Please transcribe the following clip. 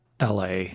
LA